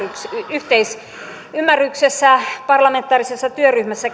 yhteisymmärryksessä parlamentaarisessa työryhmässä